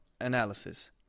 analysis